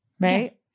Right